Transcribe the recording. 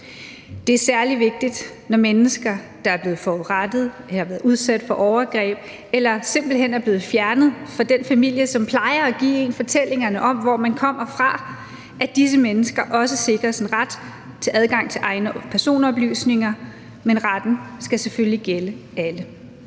Det er særlig vigtigt, at mennesker, der er blevet forurettet, har været udsat for overgreb eller simpelt hen er blevet fjernet fra den familie, som plejer at give en fortællingerne om, hvor man kommer fra, også sikres en ret til adgang til egne personoplysninger. Men retten skal selvfølgelig gælde alle.